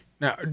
Now